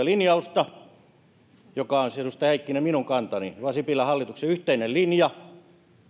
linjausta joka on siis edustaja heikkinen minun kantani joka on sipilän hallituksen yhteinen linja